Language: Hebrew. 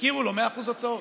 יכירו לו ב-100% הוצאות.